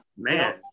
man